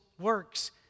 works